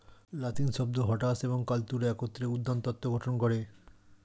লাতিন শব্দ হরটাস এবং কাল্টুরা একত্রে উদ্যানতত্ত্ব গঠন করে